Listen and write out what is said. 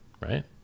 Right